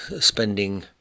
spending